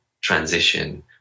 transition